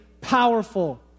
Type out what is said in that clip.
powerful